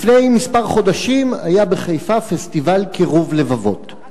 לפני כמה חודשים היה בחיפה פסטיבל קירוב לבבות.